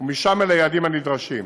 ומשם אל היעדים הנדרשים.